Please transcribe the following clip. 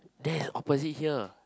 there is opposite here